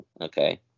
okay